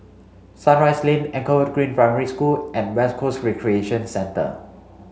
Sunrise Lane Anchor Green Primary School and West Coast Recreation Centre